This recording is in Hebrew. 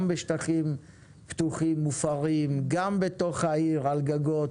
גם בשטחים פתוחים, גם בתוך העיר על גגות.